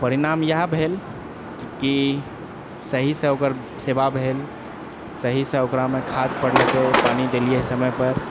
परिणाम इएह भेल कि सहीसँ ओकर सेवा भेल सहीसँ ओकरामे खाद्य पड़लकै पानि देलिऐ समय पर